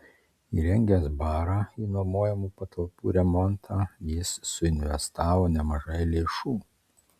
įrengęs barą į nuomojamų patalpų remontą jis suinvestavo nemažai lėšų